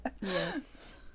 Yes